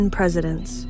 Presidents